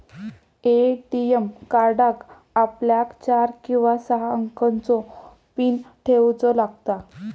ATM कार्डाक आपल्याक चार किंवा सहा अंकाचो पीन ठेऊचो लागता